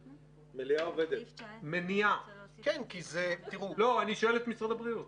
אני שואל את משרד הבריאות.